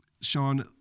Sean